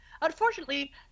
Unfortunately